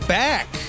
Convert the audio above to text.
back